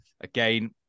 Again